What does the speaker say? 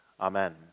Amen